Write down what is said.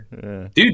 Dude